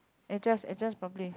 adjust adjust properly